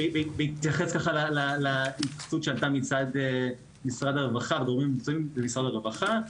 בהתייחס להתייחסות שעלתה מצד הגורמים המקצועיים במשרד הרווחה,